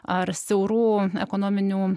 ar siaurų ekonominių